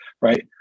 right